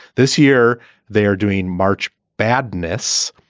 this year they are doing march madness,